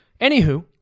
Anywho